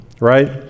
right